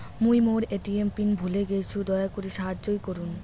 মুই মোর ATM PIN ভুলে গেইসু, দয়া করি সাহাইয্য করুন